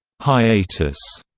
hiatus,